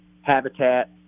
habitat